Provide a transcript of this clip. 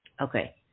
Okay